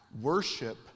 worship